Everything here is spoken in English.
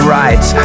rights